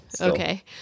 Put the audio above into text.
Okay